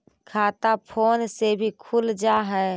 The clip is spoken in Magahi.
खाता फोन से भी खुल जाहै?